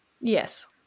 yes